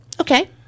Okay